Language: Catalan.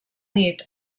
nit